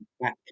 back